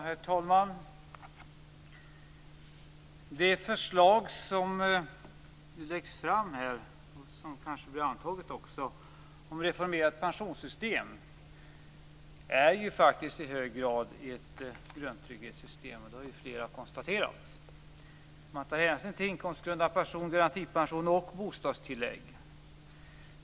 Herr talman! Det förslag som har lagts fram, och som kanske antas, om ett reformerat pensionssystem är faktiskt i hög grad ett grundtrygghetssystem. Det har flera konstaterat. Man tar hänsyn till inkomstgrundad pension, garantipension och bostadstillägg.